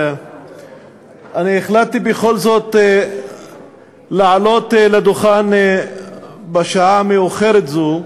אני החלטתי בכל זאת לעלות לדוכן בשעה המאוחרת הזאת,